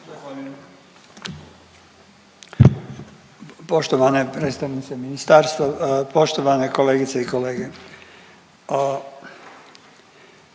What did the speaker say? Poštovane predstavnice ministarstva, poštovane kolegice i kolege.